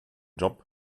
job